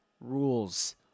rules